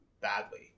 badly